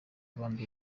abandi